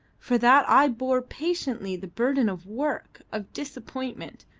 for that i bore patiently the burden of work, of disappointment,